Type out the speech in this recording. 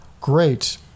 Great